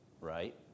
Right